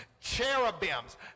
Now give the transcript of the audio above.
cherubims